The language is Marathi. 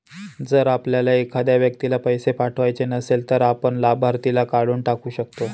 जर आपल्याला एखाद्या व्यक्तीला पैसे पाठवायचे नसेल, तर आपण लाभार्थीला काढून टाकू शकतो